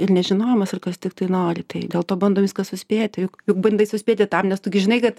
ir nežinojimas ir kas tiktai nori tai dėl to bandom viską suspėti juk bandai suspėti tam nes tu gi žinai kad